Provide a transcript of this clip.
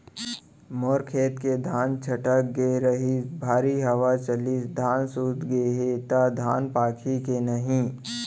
मोर खेत के धान छटक गे रहीस, भारी हवा चलिस, धान सूत गे हे, त धान पाकही के नहीं?